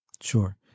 Sure